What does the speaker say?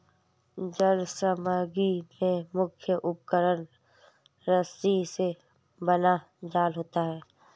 जल समग्री में मुख्य उपकरण रस्सी से बना जाल होता है